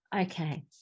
okay